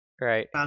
Right